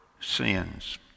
sins